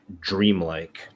dreamlike